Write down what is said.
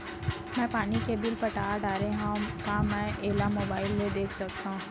मैं पानी के बिल पटा डारे हव का मैं एला मोबाइल म देख सकथव?